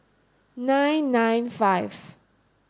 nine nine five